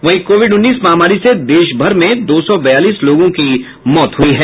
वहीं कोविड उन्नीस महामारी से देशभर में दो सौ बयालीस लोगों की मौत हुई है